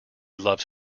loves